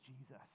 Jesus